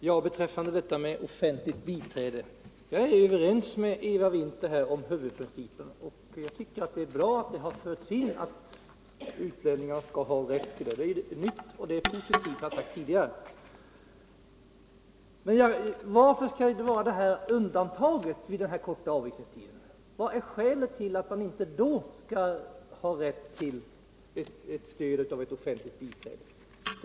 Herr talman! Beträffande offentligt biträde är jag överens med Eva Winther om huvudprincipen och tycker att det är bra att det förts in att utlänningar skall ha rätt till offentligt biträde. Och jag har sagt tidigare att det är positivt. Men varför skall det finnas ett undantag för korta avvisningar? Vad är skälet till att man då inte skall ha rätt till stöd av offentligt biträde?